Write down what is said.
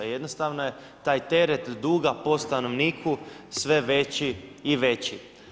Jednostavno je taj teret duga po stanovniku sve veći i veći.